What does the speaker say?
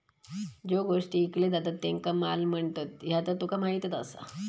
ज्यो गोष्टी ईकले जातत त्येंका माल म्हणतत, ह्या तर तुका माहीतच आसा